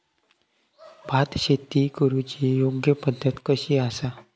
भात शेती करुची योग्य पद्धत कशी आसा?